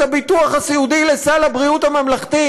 הביטוח הסיעודי לסל הבריאות הממלכתי,